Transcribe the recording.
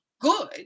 good